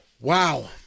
Wow